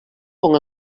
com